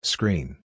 Screen